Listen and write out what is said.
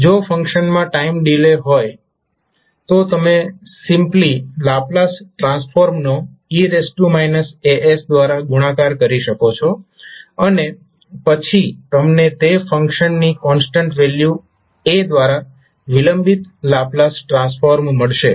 જો ફંક્શનમાં time delay હોય તો તમે સિમ્પ્લી લાપ્લાસ ટ્રાન્સફોર્મનો e as દ્વારા ગુણાકાર કરી શકો છો અને પછી તમને તે ફંક્શનનું કોન્સ્ટન્ટ વેલ્યુ a દ્વારા વિલંબિત લાપ્લાસ ટ્રાન્સફોર્મ મળશે